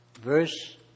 verse